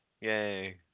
Yay